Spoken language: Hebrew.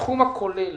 הסכום הכולל